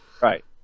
right